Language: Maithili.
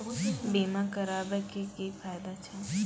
बीमा कराबै के की फायदा छै?